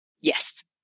Yes